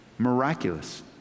miraculous